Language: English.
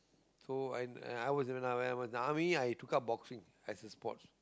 so I I when I was in the army I took up boxing as a sports